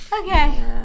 Okay